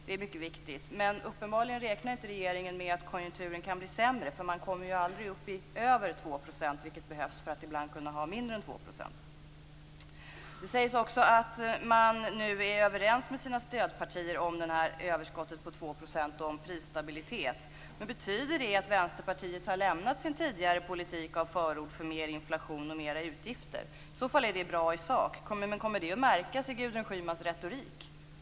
Det är mycket viktigt. Men uppenbarligen räknar inte regeringen med att konjunkturen kan bli sämre, för man kommer ju aldrig upp över 2 %, vilket behövs för att ibland kunna ha mindre överskott än 2 %. Det sägs också att man nu är överens med sina stödpartier om överskottet på 2 % och om prisstabilitet. Betyder det att Vänsterpartiet har lämnat sin tidigare politik av förord för mer inflation och mer utgifter? I så fall är det bra i sak. Men kommer det att märkas i Gudrun Schymans retorik?